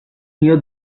near